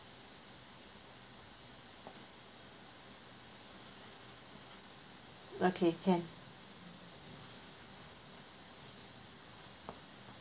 okay can